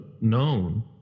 known